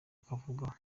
akavuga